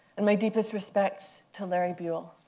and my deepest respects to larry buell.